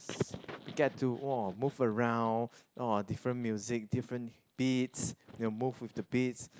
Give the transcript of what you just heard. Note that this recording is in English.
get to !wah! move around or different music different beats you move with the beats